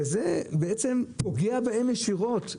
וזה פוגע בהם ישירות.